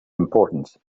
importance